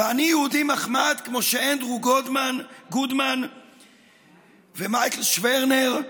אני יהודי מחמד כמו אנדרו גודמן ומייקל שוורנר,